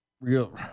real